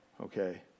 Okay